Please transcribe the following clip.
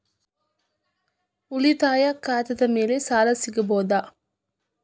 ಉಳಿತಾಯ ಖಾತೆದ ಮ್ಯಾಲೆ ಸಾಲ ಸಿಗಬಹುದಾ?